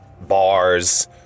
bars